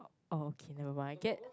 oh okay never mind I get